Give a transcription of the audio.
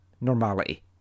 normality